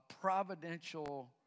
providential